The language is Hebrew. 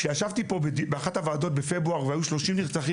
כשישבתי פה באחת הוועדות בפברואר והיו שלושים נרצחים,